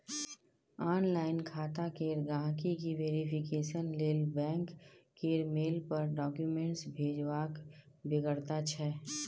online खाता केर गांहिकी वेरिफिकेशन लेल बैंक केर मेल पर डाक्यूमेंट्स भेजबाक बेगरता छै